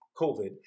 COVID